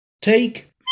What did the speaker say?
take